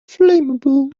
flammable